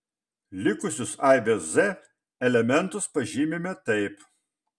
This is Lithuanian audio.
likusius aibės z elementus pažymime taip